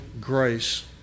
grace